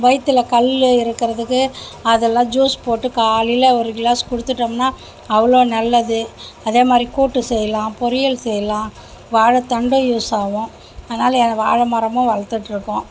வயித்தில் கல்லு இருக்கிறதுக்கு அதெல்லாம் ஜூஸ் போட்டு காலையில ஒரு கிளாஸ் கொடுத்துட்டோம்னா அவ்வளோ நல்லது அதேமாதிரி கூட்டு செய்யலாம் பொரியல் செய்யலாம் வாழைத்தண்டும் யூஸ் ஆவும் அதனால் நாங்கள் வாழை மரமும் வளர்த்துட்ருக்கோம்